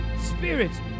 spirit